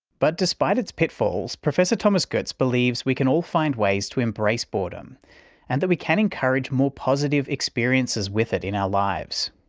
but despite its pitfalls, professor thomas goetz believes we can all find ways to embrace boredom and that we can encourage more positive experiences with it in our lives.